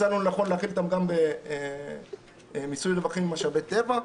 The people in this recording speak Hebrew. מצאנו לנכון להכיל אותם גם במיסוי רווחים ממשאבי טבע.